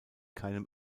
keinem